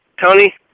Tony